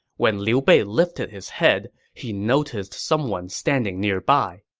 when liu bei lifted his head, he noticed someone standing nearby